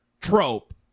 trope